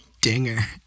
Dinger